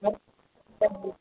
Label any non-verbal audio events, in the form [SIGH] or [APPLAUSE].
[UNINTELLIGIBLE]